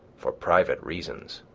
for private reasons,